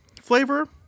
flavor